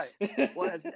Right